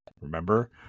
Remember